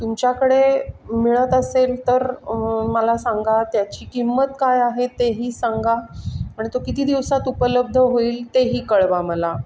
तुमच्याकडे मिळत असेल तर मला सांगा त्याची किंमत काय आहे तेही सांगा आणि तो किती दिवसात उपलब्ध होईल तेही कळवा मला